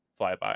Flyby